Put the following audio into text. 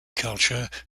culture